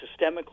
systemically